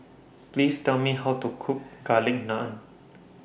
Please Tell Me How to Cook Garlic Naan